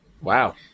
Wow